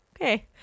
okay